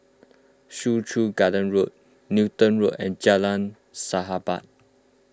Soo Chow Garden Road Newton Road and Jalan Sahabat